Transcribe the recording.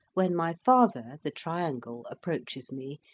when my father, the triangle, approaches me,